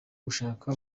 gushaka